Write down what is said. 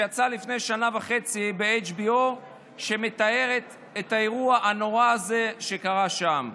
שיצאה לפני שנה וחצי ב-HBO ומתארת את האירוע הנורא הזה שקרה שם.